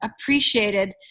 appreciated